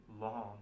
long